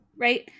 right